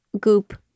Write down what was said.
goop